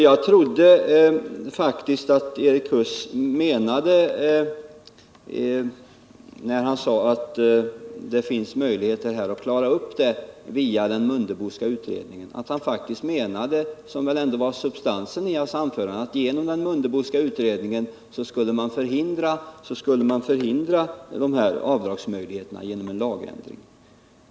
När Erik Huss sade att det här finns möjlighet att klara upp saken via den Mundeboska utredningen, trodde jag faktiskt att han menade att man genom denna utredning skulle förhindra avdragsmöjligheterna genom en lagändring. Detta var ändå substansen av hans anförande.